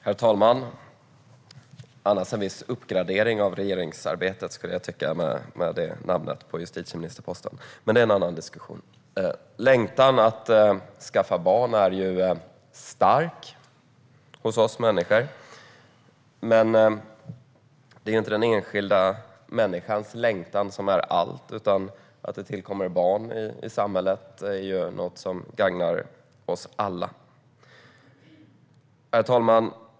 Herr talman! Längtan att skaffa barn är stark hos oss människor. Men det är inte den enskilda människans längtan som är allt, för att det tillkommer barn i samhället är något som gagnar oss alla. Herr talman!